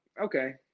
okay